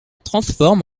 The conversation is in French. transforme